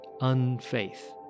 unfaith